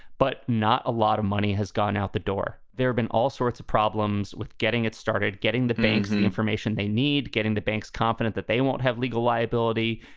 but not a lot of money has gone out the door there've been all sorts of problems with getting it started, getting the banks and the information they need, getting the banks confident that they won't have legal liability.